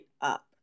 up